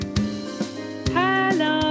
Hello